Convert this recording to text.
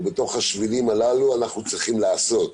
ובתוך השבילים הללו אנחנו צריכים לעשות,